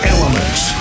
Elements